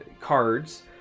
cards